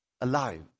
alive